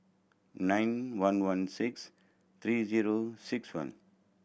nine one one six three zero six one